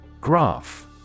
Graph